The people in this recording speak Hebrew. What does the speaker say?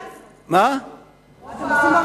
מה אתם עושים בממשלה הזאת?